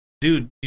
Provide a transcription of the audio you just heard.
dude